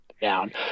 down